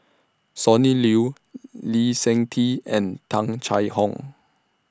Sonny Liew Lee Seng Tee and Tung Chye Hong